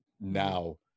now